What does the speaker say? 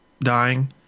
dying